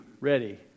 ready